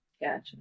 Gotcha